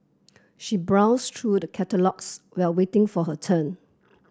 she browsed through the catalogues while waiting for her turn